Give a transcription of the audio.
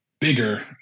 bigger